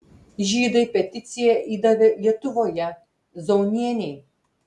žydai peticiją įdavė lietuvoje zaunienei